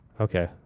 Okay